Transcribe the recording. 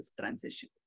transition